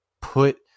put